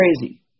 crazy